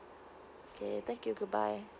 okay thank you good bye